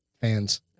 fans